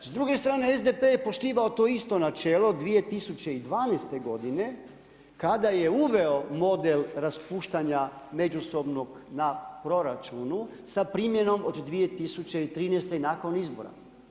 S druge strane SDP je poštivao to isto načelo 2012. godine kada je uveo model raspuštanja međusobnog na proračunu sa primjenom od 2013. i nakon izbora.